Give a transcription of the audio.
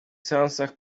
seansach